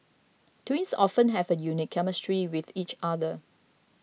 twins often have a unique chemistry with each other